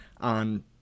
on